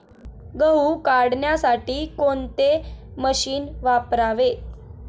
गहू काढण्यासाठी कोणते मशीन वापरावे?